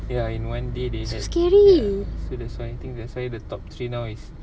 so scary